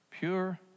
pure